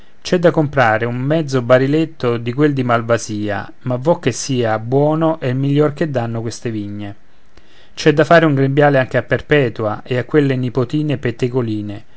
c'è da comprare un mezzo bariletto di quel di malvasia ma vo che sia buono e il miglior che dànno queste vigne c'è da fare un grembiale anche a perpetua e a quelle nipotine pettegoline